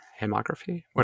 Hemography